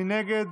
מי נגד?